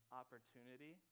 opportunity